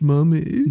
Mummy